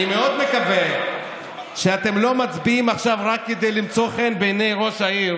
אני מאוד מקווה שאתם לא מצביעים עכשיו רק כדי למצוא חן בעיני ראש העיר